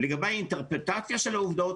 לגבי האינטרפרטציה של העובדות,